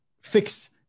fix